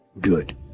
Good